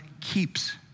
keeps